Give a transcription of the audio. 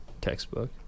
textbook